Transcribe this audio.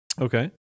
Okay